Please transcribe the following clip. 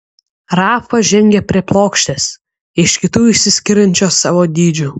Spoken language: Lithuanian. rafa žengė prie plokštės iš kitų išsiskiriančios savo dydžiu